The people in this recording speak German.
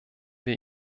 wir